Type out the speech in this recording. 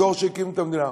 הדור שהקים את המדינה.